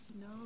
No